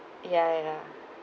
ya ya